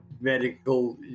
medical